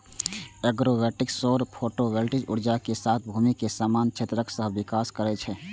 agrovoltaics सौर photovoltaic ऊर्जा के साथ भूमि के समान क्षेत्रक सहविकास करै छै